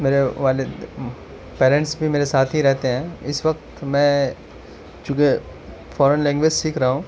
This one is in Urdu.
میرے والد پیرنٹس بھی میرے ساتھ ہی رہتے ہیں اس وقت میں چونکہ فورن لینگویج سیکھ رہا ہوں